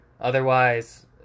Otherwise